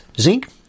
zinc